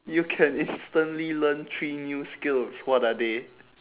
you can instantly learn three new skills what are they